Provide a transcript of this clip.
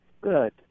Good